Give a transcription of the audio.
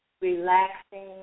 relaxing